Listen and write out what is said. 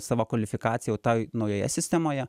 savo kvalifikaciją jau toj naujoje sistemoje